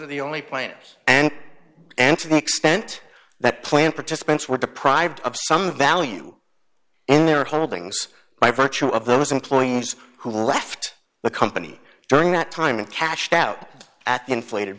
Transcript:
are the only planners and and to the extent that plan participants were deprived of some value in their holdings by virtue of those employees who left the company during that time and cashed out at the inflated